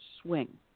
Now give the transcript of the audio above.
swing